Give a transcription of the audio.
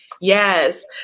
Yes